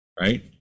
right